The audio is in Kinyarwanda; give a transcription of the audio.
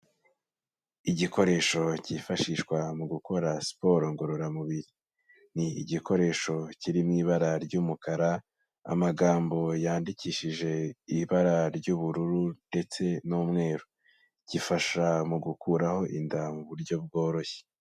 Igikoresho kifashishwa mu gukora siporo ngororamubiri, ni igikoresho kiri mu ibara ry'umukara, amagambo yandikishije ibara ry'ubururu ndetse n'umweru, gifasha mu gukuraho inda mu buryo bworoshye.